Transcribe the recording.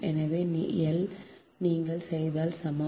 எனவே எல் நீங்கள் செய்தால் சமம்